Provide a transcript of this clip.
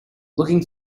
looking